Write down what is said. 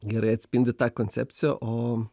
gerai atspindi tą koncepciją o